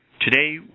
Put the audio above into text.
Today